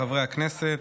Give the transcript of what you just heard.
חברי הכנסת,